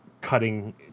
cutting